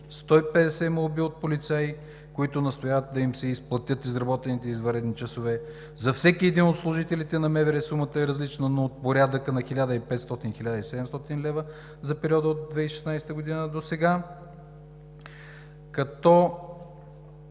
150 молби от полицаи, които настояват да им се изплатят изработените извънредни часове. За всеки един от служителите на МВР сумата е различна, но от порядъка на 1500 – 1700 лв. за периода от 2016 г. досега, като